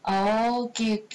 oh okay okay okay okay